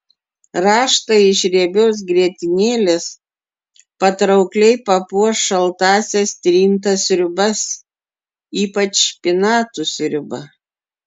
raštai iš riebios grietinėlės patraukliai papuoš šaltąsias trintas sriubas ypač špinatų sriubą